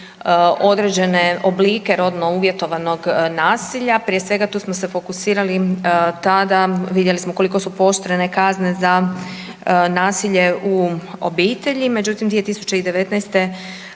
određene oblike rodno uvjetovanog nasilja. Prije svega tu smo se fokusirali tada, vidjeli smo koliko su pooštrene kazne za nasilje u obitelji, međutim 2019.g.